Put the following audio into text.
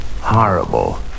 horrible